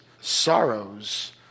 sorrows